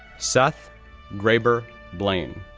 seth graber blain,